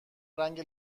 رنگ